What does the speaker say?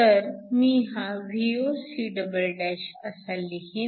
तर मी हा Voc" असा लिहेन